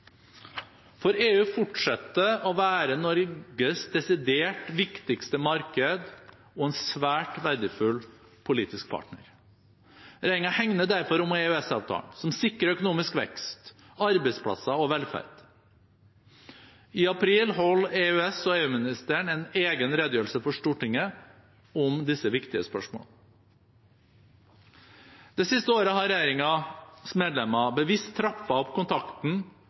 for EU fortsetter å være Norges desidert viktigste marked og en svært verdifull politisk partner. Regjeringen hegner derfor om EØS-avtalen, som sikrer økonomisk vekst, arbeidsplasser og velferd. I april holder EØS- og EU-ministeren en egen redegjørelse for Stortinget om disse viktige spørsmålene. Det siste året har regjeringens medlemmer bevisst trappet opp kontakten